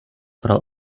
pro